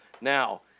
Now